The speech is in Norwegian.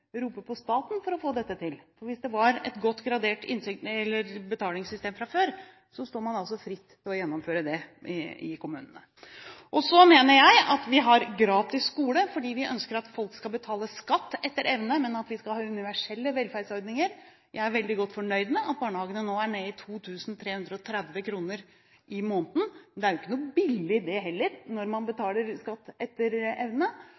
roper på staten for å få dette til. Hvis det er et godt gradert betalingssystem fra før, står kommunene altså fritt til å gjennomføre det. Jeg mener at vi har gratis skole fordi vi ønsker at folk skal betale skatt etter evne, men at vi skal ha universelle velferdsordninger. Jeg er veldig godt fornøyd med at barnehagene nå er nede i 2 330 kr i måneden. Det er ikke noe billig, det heller, når man